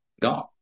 gone